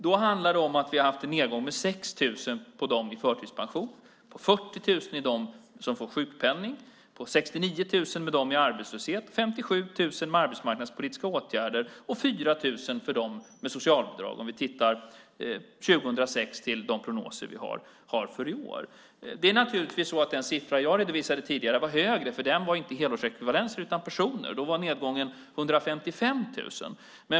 Vi har haft en nedgång med 6 000 av dem med förtidspension, 40 000 av dem som får sjukpenning, 69 000 av dem i arbetslöshet, 57 000 av dem med arbetsmarknadspolitiska åtgärder och 4 000 av dem med socialbidrag från 2006 till de prognoser vi har för i år. Den siffra som jag redovisade tidigare var naturligtvis högre eftersom det inte var helårsekvivalensen utan personer. Då var nedgången 155 000.